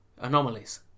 anomalies